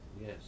Yes